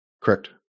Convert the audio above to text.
Correct